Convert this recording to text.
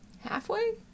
Halfway